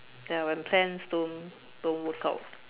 ya when plans don't don't work out